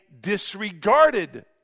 disregarded